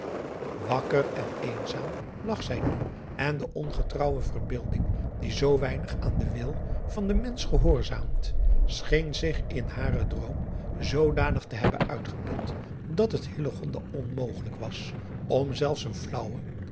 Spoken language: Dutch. akker en eenzaam lag zij nu en de ongetrouwe verbeelding die zoo weinig aan den wil van den mensch gehoorzaamt scheen zich in haren droom zoodanig te hebben uitgeput dat het onmogelijk was om zelfs een flaauwen